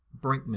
Brinkman